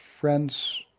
friends